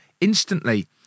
instantly